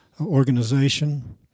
organization